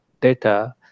data